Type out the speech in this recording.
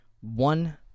One